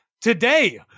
today